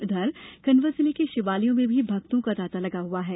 उधर खंडवा जिले के शिवालयों में भी भक्तों का तांता लगा हुआ है